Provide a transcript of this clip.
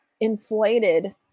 inflated